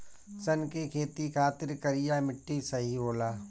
सन के खेती खातिर करिया मिट्टी सही होला